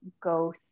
go